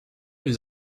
les